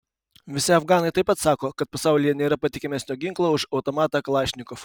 visi afganai taip pat sako kad pasaulyje nėra patikimesnio ginklo už automatą kalašnikov